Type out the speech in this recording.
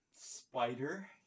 Spider